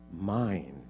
mind